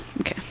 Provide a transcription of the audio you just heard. Okay